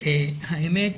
האמת,